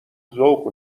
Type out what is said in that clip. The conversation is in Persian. ذوق